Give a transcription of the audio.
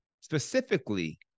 specifically